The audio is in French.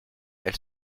elle